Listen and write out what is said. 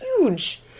huge